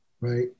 right